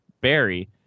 Barry